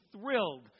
thrilled